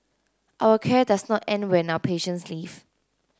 our care does not end when our patients leave